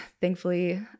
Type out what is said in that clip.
thankfully